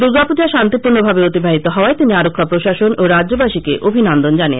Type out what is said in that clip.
দূর্গা পূজা শান্তি পূর্ণ ভাবে অতিবাহিত হওয়ায় তিনি আরক্ষা প্রশাসন ও রাজ্যবাসীকে অভিনন্দন জানিয়েছেন